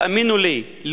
תאמינו לי,